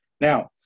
Now